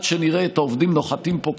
נראה את העובדים נוחתים פה,